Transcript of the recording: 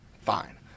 Fine